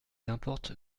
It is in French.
importe